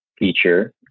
feature